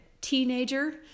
teenager